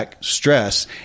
stress